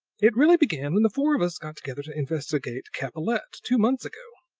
it really began when the four of us got together to investigate capellette, two months ago.